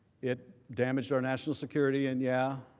it damaged our national security and yeah